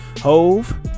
Hove